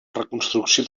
reconstrucció